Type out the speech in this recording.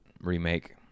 Remake